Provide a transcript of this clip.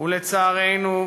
ולצערנו,